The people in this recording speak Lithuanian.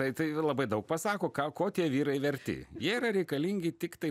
tai tai labai daug pasako ką ko tie vyrai verti jie yra reikalingi tiktai